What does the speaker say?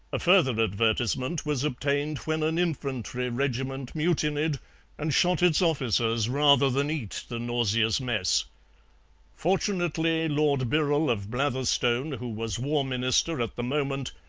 a further advertisement was obtained when an infantry regiment mutinied and shot its officers rather than eat the nauseous mess fortunately, lord birrell of blatherstone, who was war minister at the moment,